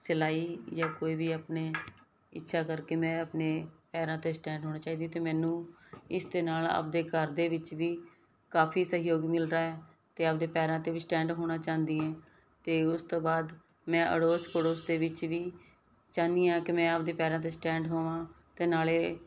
ਸਿਲਾਈ ਜਾ ਕੋਈ ਵੀ ਆਪਣੇ ਇੱਛਾ ਕਰਕੇ ਮੈਂ ਆਪਣੇ ਪੈਰਾਂ 'ਤੇ ਸਟੈਂਡ ਹੋਣੇ ਚਾਹੀਦੀ ਅਤੇ ਮੈਨੂੰ ਇਸ ਦੇ ਨਾਲ ਆਪਣੇ ਘਰ ਦੇ ਵਿੱਚ ਵੀ ਕਾਫ਼ੀ ਸਹਿਯੋਗ ਮਿਲ ਰਿਹਾ ਅਤੇ ਆਪਣੇ ਪੈਰਾਂ 'ਤੇ ਵੀ ਸਟੈਂਡ ਹੋਣਾ ਚਾਹੁੰਦੀ ਹੈ ਅਤੇ ਉਸ ਤੋਂ ਬਾਅਦ ਮੈਂ ਅੜੋਸ ਪੜੋਸ ਦੇ ਵਿੱਚ ਵੀ ਚਾਹੁੰਦੀ ਹਾਂ ਕਿ ਮੈਂ ਆਪਣੇ ਪੈਰਾਂ 'ਤੇ ਸਟੈਂਡ ਹੋਵਾਂ ਅਤੇ ਨਾਲੇ